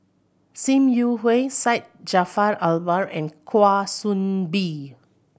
Sim Yi Hui Syed Jaafar Albar and Kwa Soon Bee